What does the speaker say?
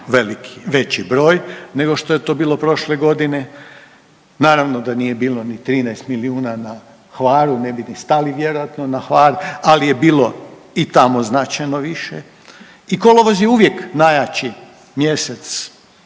velik, veći broj nego što je to bilo prošle godine. Naravno da nije bilo ni 13 milijuna na Hvaru, ne bi ni stali vjerojatno na Hvar, ali je bilo i tamo značajno više i kolovoz je uvijek najjači mjesec.